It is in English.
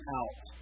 out